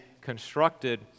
constructed